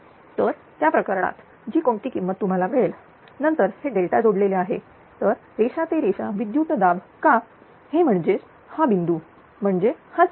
तर त्या प्रकरणात जी कोणती किंमत तुम्हाला मिळेल नंतर हे डेल्टा जोडलेले आहे तर रेषा ते रेषा विद्युतदाब का हे म्हणजेच हा बिंदू म्हणजे हाच बिंदू